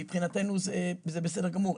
מבחינתנו זה בסדר גמור,